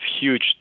huge